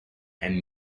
and